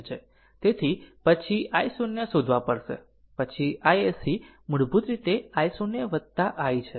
તેથી પછી i0 શોધવા પડશે પછી iSC મૂળભૂત રીતે i0 i હશે